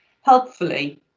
Helpfully